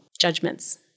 judgments